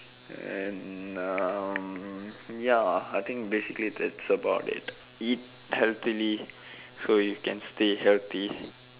and ya I think basically that's about it eat healthily so you can stay healthy